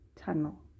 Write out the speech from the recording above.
tunnel